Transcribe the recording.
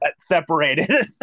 separated